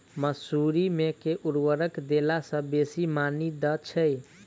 मसूरी मे केँ उर्वरक देला सऽ बेसी मॉनी दइ छै?